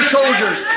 soldiers